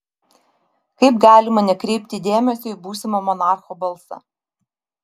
kaip galima nekreipti dėmesio į būsimo monarcho balsą